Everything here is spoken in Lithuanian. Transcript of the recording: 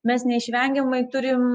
mes neišvengiamai turim